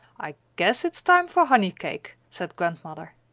i guess it's time for honey cake, said grandmother.